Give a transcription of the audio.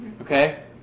Okay